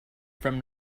from